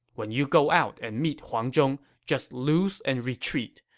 when you go out and meet huang zhong, just lose and retreat.